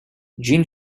gene